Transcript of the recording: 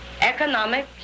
economic